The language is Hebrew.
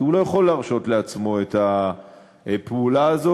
כי הוא לא יכול להרשות לעצמו את הפעולה הזו,